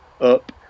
up